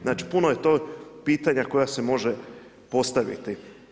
Znači, puno je to pitanja koja se može postaviti.